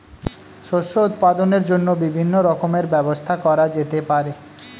শস্য উৎপাদনের জন্য বিভিন্ন রকমের ব্যবস্থা করা যেতে পারে